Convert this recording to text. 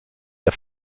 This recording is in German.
der